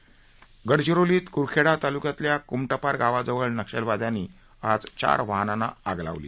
स डचिरोलीत कुरखेडा तालुक्यातल्या कुमटपार सावाजवळ नक्षलवादयांनी आज चार वाहनांना आ लावली